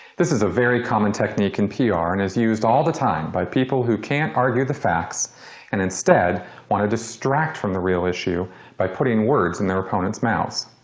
this is a very common technique in pr ah and is used all the time by people who can't argue the facts and instead want to distract from the real issue by putting words in their opponents' mouths.